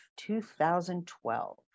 2012